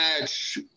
match